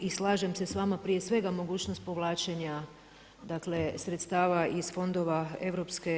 I slažem se s vama prije svega mogućnost povlačenja dakle sredstava iz fondova EU.